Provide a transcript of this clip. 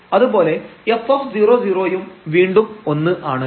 അതുപോലെ f00 യും വീണ്ടും ഒന്ന് ആണ്